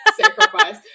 sacrifice